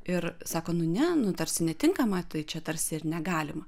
ir sako nu ne nu tarsi netinkama tai čia tarsi ir negalima